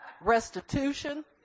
restitution